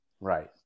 Right